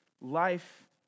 life